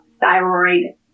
thyroid